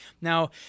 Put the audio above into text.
Now